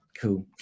Cool